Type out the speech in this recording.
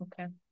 okay